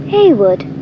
Haywood